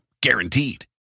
guaranteed